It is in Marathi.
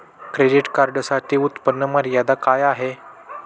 क्रेडिट कार्डसाठी उत्त्पन्न मर्यादा काय आहे?